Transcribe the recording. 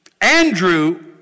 Andrew